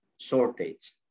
shortage